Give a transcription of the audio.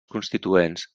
constituents